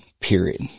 period